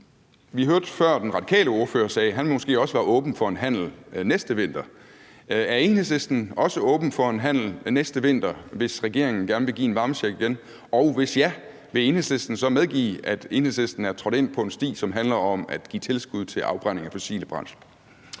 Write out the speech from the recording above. Vi hørte før den radikale ordfører sige, at han måske også var åben for en handel næste vinter. Er Enhedslisten også åben for en handel næste vinter, hvis regeringen gerne vil give en varmecheck igen? Og hvis svaret er ja, vil Enhedslisten så medgive, at Enhedslisten er trådt ind på en sti, som handler om at give tilskud til afbrænding af fossile brændsler?